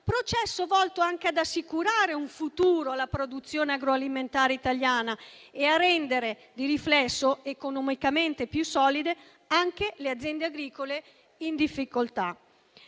processo volto anche ad assicurare un futuro alla produzione agroalimentare italiana e a rendere, di riflesso, economicamente più solide anche le aziende agricole in difficoltà.